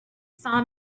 saw